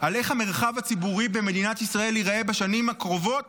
על איך המרחב הציבורי במדינת ישראל ייראה בשנים הקרובות